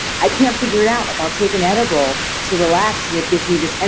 i can't figure it out. like, i'll take an edible to relax, and it gives me this, and